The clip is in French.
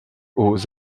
aux